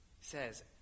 says